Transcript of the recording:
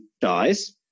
dies